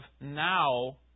now